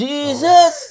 Jesus